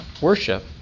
worship